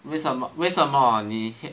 为什么为什么呢